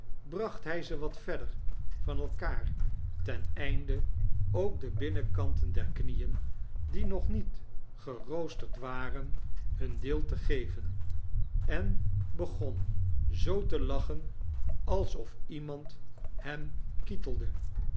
bracht hij ze wat verder van elkaar ten einde ook de binnenkanten der knieen die nog ndet geroosterd waren hun deel te geven en begon zoo te lachen alsof ietmand hem kittelde